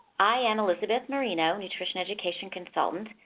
i am elizabeth moreno, nutrition education consultant,